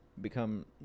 become